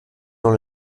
dans